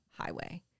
highway